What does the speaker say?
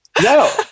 no